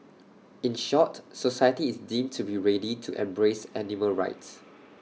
in short society is deemed to be ready to embrace animal rights